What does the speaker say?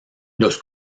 los